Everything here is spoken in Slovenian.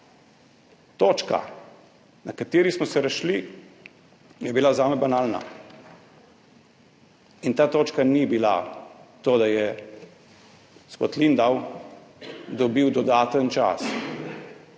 Točka, na kateri smo se razšli, je bila zame banalna. In ta točka ni bila to, da je gospod Lindav dobil dodaten čas,